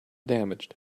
damaged